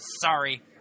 Sorry